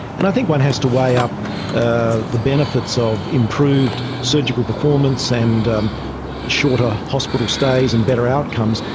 and i think one has to weigh up ah the benefits of improved surgical performance and shorter hospital stays and better outcomes.